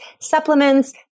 supplements